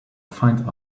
find